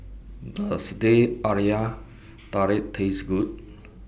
Does Teh Halia Tarik Taste Good